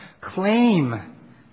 claim